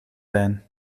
zijn